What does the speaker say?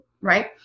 right